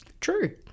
True